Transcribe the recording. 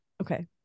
Okay